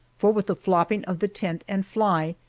for with the flopping of the tent and fly,